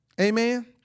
Amen